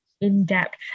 in-depth